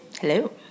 Hello